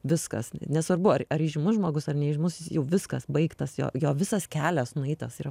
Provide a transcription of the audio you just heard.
viskas nesvarbu ar ar įžymus žmogus ar neįžymus jis jau viskas baigtas jo jo visas kelias nueitas yra